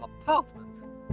apartment